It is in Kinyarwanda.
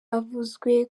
avuzwe